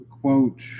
quote